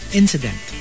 incident